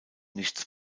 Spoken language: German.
nichts